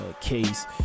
case